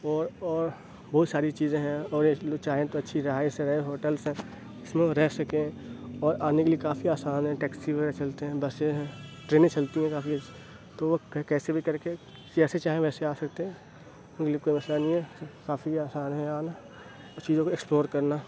اور اور بہت ساری چیزیں ہیں اور یہ لوگ چاہیں تو اچھی رہائش ہے ہوٹلس ہیں جس میں وہ رہ سکیں اور آنے کے لیے کافی آسان ہے ٹیکسی وغیرہ چلتے ہیں بسیں ہیں ٹرینیں چلتی ہیں کافی اچھی تو وہ کیسے بھی کر کے جیسے چاہیں ویسے آ سکتے ہیں اُن کے لیے کوئی مسئلہ نہیں ہے کافی آسانی ہے یہاں آنا اور چیزوں کو ایکسپلور کرنا